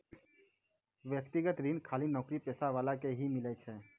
व्यक्तिगत ऋण खाली नौकरीपेशा वाला ही के मिलै छै?